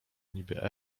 niby